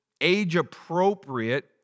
age-appropriate